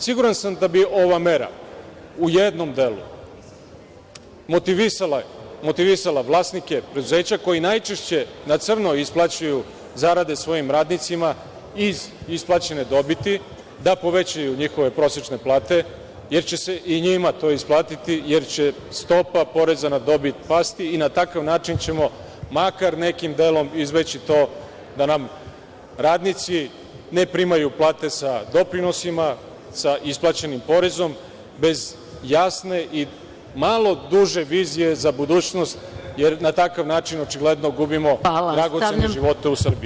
Siguran sam da bi ova mera, u jednom delu, motivisala vlasnike preduzeća koji najčešće na crno isplaćuju zarade svojim radnicima iz isplaćene dobiti, da povećaju njihove prosečne plate, jer će se i njima to isplatiti, jer će stopa poreza na dobit pasti i na takav način ćemo, makar nekim delom, izbeći to da nam radnici ne primaju plate sa doprinosima, sa isplaćenim porezom, bez jasne i malo duže vizije za budućnost, jer na takav način očigledno gubimo dragocene živote u Srbiji.